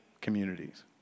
communities